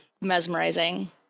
mesmerizing